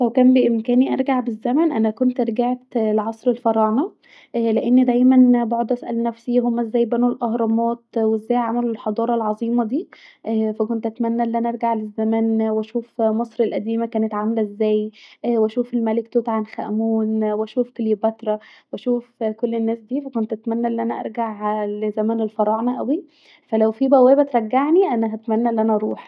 لو كان بإمكاني ارجع بالزمن انا كنت رجعت لعصر الفراعنه ااا لأن دايما يقعد اسأل نفسي هما ازاي بنوا الأهرامات وازاي عملوا الحضاره العظيمه ديه ف كنت اتمني ان انا ارجع بالزمن واشوف مصر القديمه كانت عامله ازاي واشوف الملك اوي عنج امون واشوف كليوباترا واشوف كل الناس ديه ف كنت اتمني ان انا ارجع لزمن الفراعنه اوي ف لو فيه بوابه ترجعني انا كنت اتمني أن انا اروح